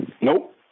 Nope